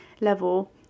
level